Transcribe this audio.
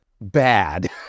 bad